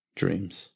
dreams